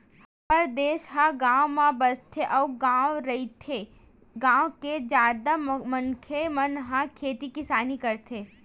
हमर देस ह गाँव म बसथे अउ गॉव रहिथे, गाँव के जादा मनखे मन ह खेती किसानी करथे